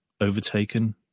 overtaken